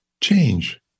change